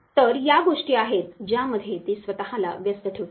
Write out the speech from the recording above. तर या गोष्टी आहेत ज्यामध्ये ते स्वतःला व्यस्त ठेवतात